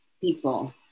people